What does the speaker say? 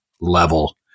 level